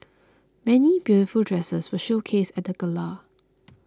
many beautiful dresses were showcased at the gala